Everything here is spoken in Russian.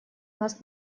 нас